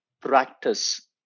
practice